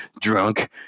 drunk